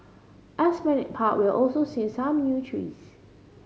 Esplanade Park will also see some new trees